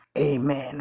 Amen